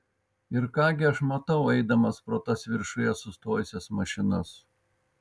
ir ką gi aš matau eidamas pro tas viršuje sustojusias mašinas